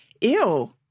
ew